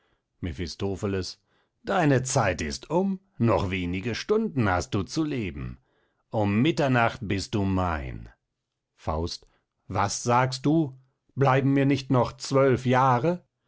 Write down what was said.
mephistopheles deine zeit ist um noch wenige stunden hast du zu leben um mitternacht bist du mein faust was sagst du bleiben mir nicht noch zwölf jahre